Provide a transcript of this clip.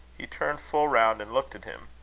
he turned full round and looked at him.